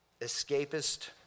Escapist